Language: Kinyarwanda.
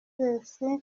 moses